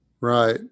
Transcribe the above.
Right